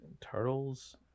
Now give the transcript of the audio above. Turtles